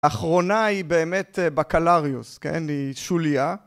‫האחרונה היא באמת בקלריוס, כן? ‫היא שוליה.